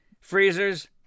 freezers